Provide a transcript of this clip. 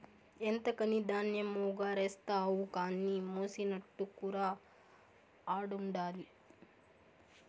ఎంతకని ధాన్యమెగారేస్తావు కానీ మెసినట్టుకురా ఆడుండాది